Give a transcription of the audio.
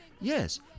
yes